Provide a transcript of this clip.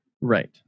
Right